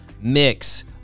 mix